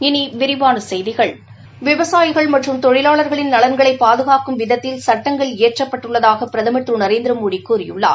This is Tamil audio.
இனி விரிவான செய்திகள் விவசாயிகள் மற்றும் தொழிலாளளா்களின் நலன்களை பாதுகாக்கும் விதத்தில் சுட்டங்கள் இயற்றப்பட்டுள்ளதாக பிரதமர் திரு நரேந்திரமோடி கூறியுள்ளார்